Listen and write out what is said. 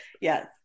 yes